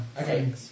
Okay